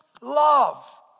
love